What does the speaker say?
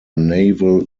naval